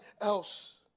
else